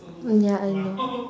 oh ya I know